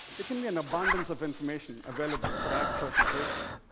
there can be an abundance of information available for ads personalization.